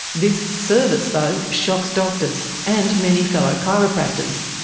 this service, though, shocks doctors, and many fellow chiropractors.